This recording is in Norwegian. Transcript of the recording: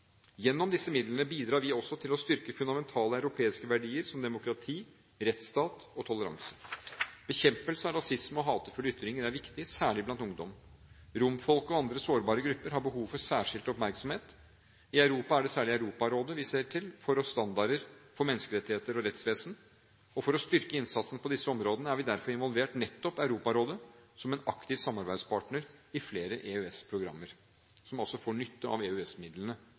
Gjennom disse midlene bidrar vi også til å styrke fundamentale europeiske verdier som demokrati, rettsstat og toleranse. Bekjempelse av rasisme og hatefulle ytringer er viktig, særlig blant ungdom. Romfolket og andre sårbare grupper har behov for særskilt oppmerksomhet. I Europa er det særlig Europarådet vi ser til for standarder for menneskerettigheter og rettsvesen. For å styrke innsatsen på disse områdene har vi derfor involvert nettopp Europarådet som en aktiv samarbeidspartner i flere EØS-programmer – som altså får nytte av